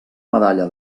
medalla